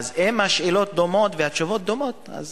אם השאלות דומות והתשובות דומות, אז